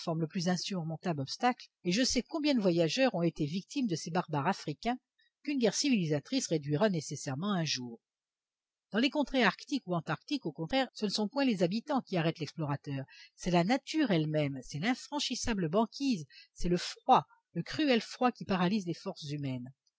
le plus insurmontable obstacle et je sais combien de voyageurs ont été victimes de ces barbares africains qu'une guerre civilisatrice réduira nécessairement un jour dans les contrées arctiques ou antarctiques au contraire ce ne sont point les habitants qui arrêtent l'explorateur c'est la nature elle-même c'est l'infranchissable banquise c'est le froid le cruel froid qui paralyse les forces humaines